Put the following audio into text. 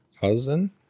Cousin